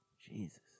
Jesus